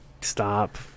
Stop